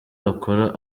bakora